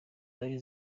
zaje